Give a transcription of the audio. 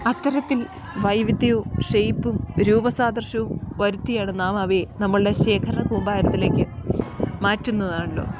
അത്തരത്തിൽ വൈവിധ്യവും ഷെയ്പ്പും രൂപസാദൃശ്യവും വരുത്തിയാണ് നാം അവയെ നമ്മളുടെ ശേഖരണ കൂമ്പാരത്തിലേക്ക് മാറ്റുന്നതാണല്ലോ